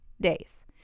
days